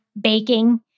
baking